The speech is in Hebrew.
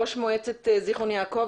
ראש מועצת זכרון יעקב,